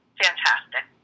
fantastic